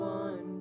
one